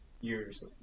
years